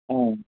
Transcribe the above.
હા